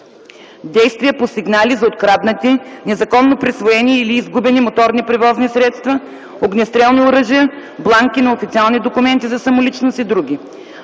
действия по сигнали за откраднати, незаконно присвоени или изгубени моторни превозни средства, огнестрелни оръжия, бланки на официални документи за самоличност и др.